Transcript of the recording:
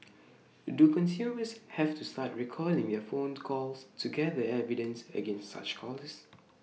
do consumers have to start recording their phone calls to gather evidence against such callers